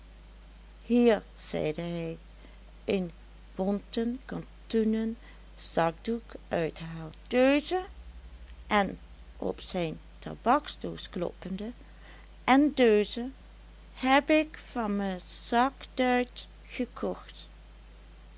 hier zeide hij een bonten katoenen zakdoek uithalende deuze en op zijn tabaksdoos kloppende en deuze heb ik van me zakduit gekocht